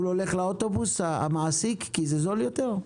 לו ללכת לאוטובוס כי זה זול יותר?